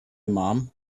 mom